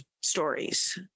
stories